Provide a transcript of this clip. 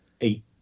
eight